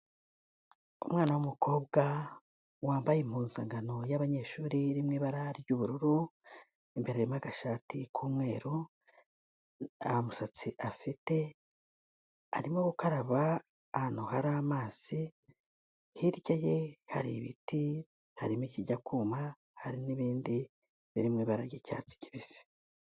Umwana w'umukobwa wambaye impuzankano y'abanyeshuri irimo ibara ry'ubururu imbere harimo agashati k'umweru nta musatsi afite arimo gukaraba ahantu hari amazi hirya ye hari ibiti harimo ikijya kuma hari n'ibindi biri mu ibara ry'icyatsi kibisi.